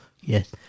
Yes